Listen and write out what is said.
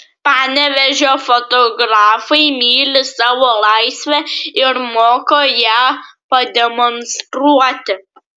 panevėžio fotografai myli savo laisvę ir moka ją pademonstruoti